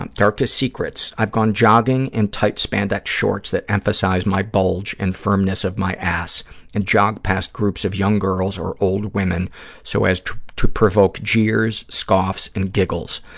and darkest secrets. i've gone jogging in tight spandex shorts that emphasize my bulge and firmness of my ass and jogged past groups of young girls or old women so as to provoke jeers, scoffs and giggles.